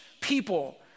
people